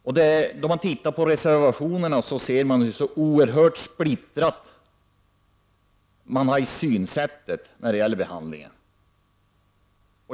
Ser man på reser vationerna finner man hur oerhört splittrat synsättet är när det gäller behandlingen.